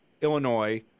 Illinois